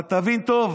אבל תבין טוב.